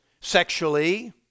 sexually